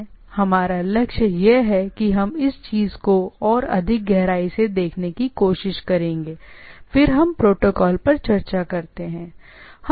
इसलिए यह हमारा लक्ष्य है और इस चीज में और अधिक गहराई से देखने की कोशिश करेंगे जब हम वास्तव में देखते हैं जब हम प्रोटोकॉल पर चर्चा करते हैं राइट